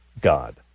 God